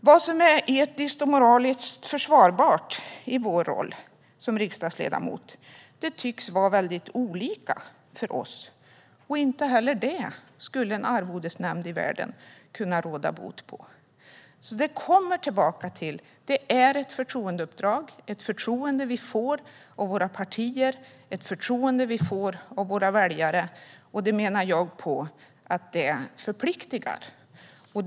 Vad som är etiskt och moraliskt försvarbart i rollen som riksdagsledamot verkar vi tycka väldigt olika om. Inte heller det kan någon arvodesnämnd i världen råda bot på. Det kommer tillbaka till att det är ett förtroendeuppdrag, ett förtroende vi får av våra partier och av våra väljare. Jag menar att det förpliktar.